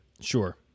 sure